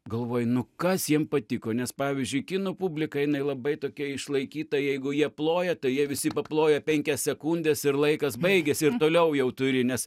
galvoju nu kas jiem patiko nes pavyzdžiui kinų publika jinai labai tokia išlaikyta jeigu jie ploja tai jie visi paploja penkias sekundes ir laikas baigiasi ir toliau jau turi nes